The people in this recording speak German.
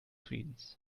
friedens